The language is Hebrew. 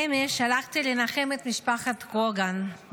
אמש הלכתי לנחם את משפחת קוגן,